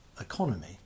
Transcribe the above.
economy